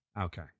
Okay